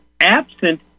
absent